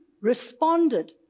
responded